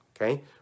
okay